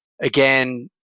again